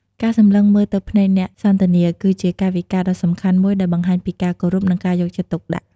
ការសម្លឹងមើលទៅភ្នែកអ្នកសន្ទនា គឺជាកាយវិការដ៏សំខាន់មួយដែលបង្ហាញពីការគោរព និងការយកចិត្តទុកដាក់។